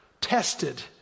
tested